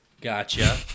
gotcha